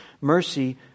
mercy